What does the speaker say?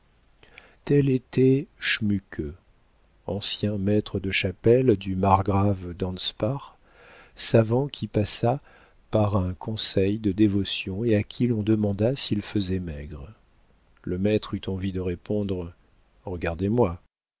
tel était schmuke ancien maître de chapelle du margrave d'anspach savant qui passa par un conseil de dévotion et à qui l'on demanda s'il faisait maigre le maître eut envie de répondre regardez-moi